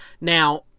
Now